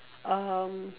um